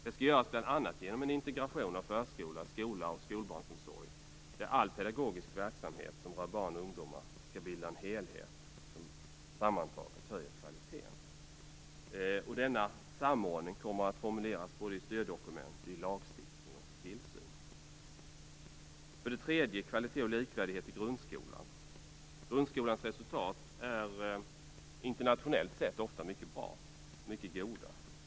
Det skall göras bl.a. genom en integration av förskola, skola och skolbarnsomsorg, där all pedagogisk verksamhet som rör barn och ungdomar skall bilda en helhet som sammantaget höjer kvaliteten. Denna samordning kommer att formuleras både i styrdokument och i lagstiftning och tillsyn. För det tredje gäller det kvalitet och likvärdighet i grundskolan. Grundskolans resultat är internationellt sett ofta mycket goda.